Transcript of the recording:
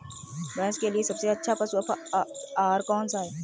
भैंस के लिए सबसे अच्छा पशु आहार कौनसा है?